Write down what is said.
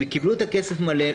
הם קיבלו את הכסף מלא,